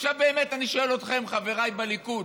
עכשיו באמת אני שואל אתכם, חבריי בליכוד: